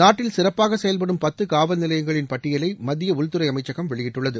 நாட்டில் சிறப்பாக செயல்படும் பத்து காவல் நிலையங்களின் பட்டியலை மத்திய உள்துறை அமைச்சகம் வெளியிட்டுள்ளது